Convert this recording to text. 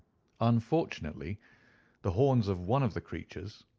unfortunately the horns of one of the creatures,